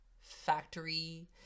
factory